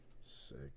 Sick